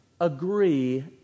Agree